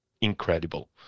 incredible